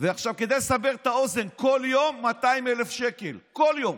עכשיו עם בעלה, מתן כהנא, כמובן,